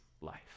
life